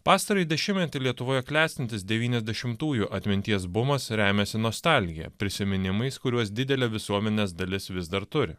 pastarąjį dešimtmetį lietuvoje klestintis devyniasdešimtųjų atminties bumas remiasi nostalgija prisiminimais kuriuos didelė visuomenės dalis vis dar turi